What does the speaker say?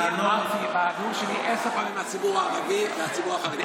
אני דיברתי בנאום שלי עשר פעמים על הציבור הערבי והציבור החרדי,